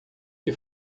que